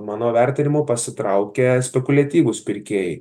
mano vertinimu pasitraukia spekuliatyvūs pirkėjai